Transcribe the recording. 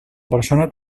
persona